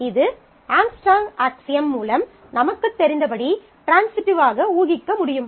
இது Armstrong axiom மூலம் நமக்குத் தெரிந்தபடி ட்ரான்சிட்டிவாக ஊகிக்க முடியும்